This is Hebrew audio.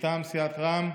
מטעם סיעת רע"מ,